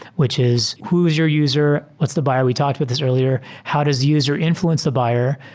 which is who is your user? what's the buyer? we talked with this earlier. how does user influence the buyer?